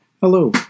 Hello